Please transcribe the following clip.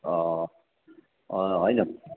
होइन